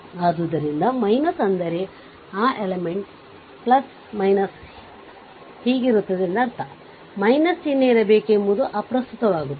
ಆದ್ದರಿಂದ ಅಂದರೆ ಆ ಎಲಿಮೆಂಟ್ ಹೀಗಿರುತ್ತವೆ ಎಂದರ್ಥ ಚಿಹ್ನೆ ಇರಬೇಕು ಎಂಬುದು ಅಪ್ರಸ್ತುತವಾಗುತ್ತದೆ